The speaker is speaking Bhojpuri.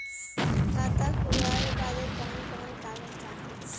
खाता खोलवावे बादे कवन कवन कागज चाही?